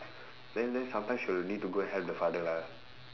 then then sometimes she will need to go and help the father lah